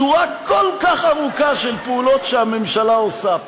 שורה כל כך ארוכה של פעולות שהממשלה עושה,